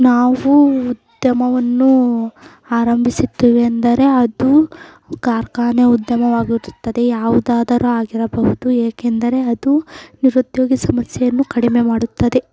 ನಾವೂ ಉದ್ಯಮವನ್ನೂ ಆರಂಭಿಸುತ್ತೇವೆ ಅಂದರೆ ಅದು ಕಾರ್ಖಾನೆ ಉದ್ಯಮವಾಗುತ್ತದೆ ಯಾವುದಾದರೂ ಆಗಿರಬಹುದು ಏಕೆಂದರೆ ಅದು ನಿರುದ್ಯೋಗ ಸಮಸ್ಯೆಯನ್ನು ಕಡಿಮೆ ಮಾಡುತ್ತದೆ